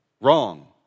wrong